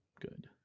Good